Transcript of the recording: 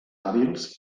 hàbils